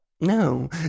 No